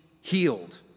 healed